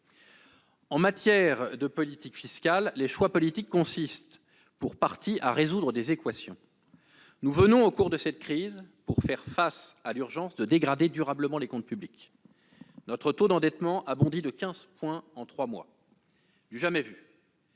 En matière de politique fiscale, les choix politiques consistent pour partie à résoudre des équations. Nous venons, au cours de cette crise, pour faire face à l'urgence, de dégrader durablement les comptes publics. Notre taux d'endettement a bondi de 15 points en trois mois- du jamais vu.